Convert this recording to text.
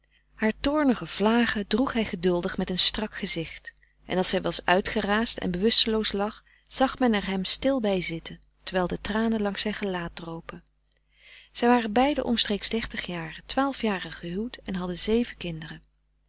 haar toornige vlagen droeg hij geduldig met een strak gezicht en als zij was uitgeraasd en bewusteloos lag zag men er hem stil bij frederik van eeden van de koele meren des doods zitten terwijl de tranen langs zijn gelaat dropen zij waren beiden omstreeks dertig jaren twaalf jaren gehuwd en hadden zeven kinderen